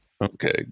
okay